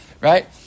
right